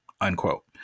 unquote